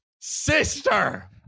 sister